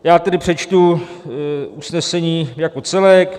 Já tedy přečtu usnesení jako celek.